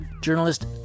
journalist